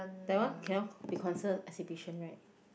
that one cannot be considered exhibition right